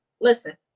listen